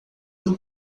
não